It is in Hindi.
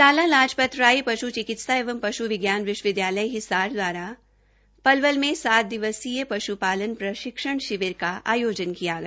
लाला लाजपत राय पश् चिकित्सा एंव पश् विज्ञान विश्वविद्यालय हिसार द्वारा पलवल में सात दिवसीय पश्पालन प्रशिक्षण शिविर का आयोजन किया गया